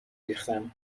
ریختم